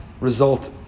result